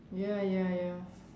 ya ya ya